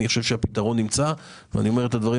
אני חושב שהפתרון נמצא ואני אומר את הדברים